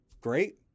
great